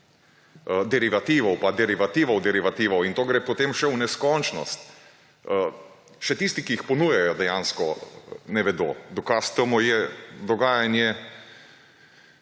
derivativov in derivativov derivativov, in to gre potem še v neskončnost, še tisti, ki jih ponujajo, dejansko ne vedo. Dokaz temu je dogajanje